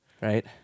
Right